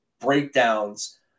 breakdowns